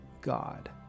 God